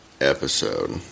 episode